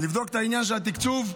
לבדוק את העניין של התקצוב,